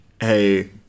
hey